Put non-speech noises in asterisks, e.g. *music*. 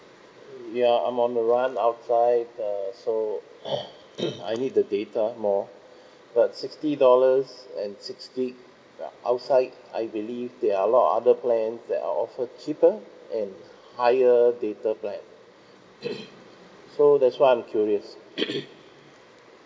ya I am the one outside uh so *noise* I need the data more but sixty dollars and six G_B uh outside I believe there are a lot other plans that are offered cheaper and higher data plan *noise* so that's why I'm curious *noise*